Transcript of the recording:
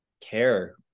care